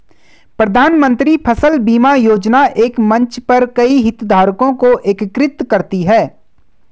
प्रधानमंत्री फसल बीमा योजना एक मंच पर कई हितधारकों को एकीकृत करती है